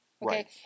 Right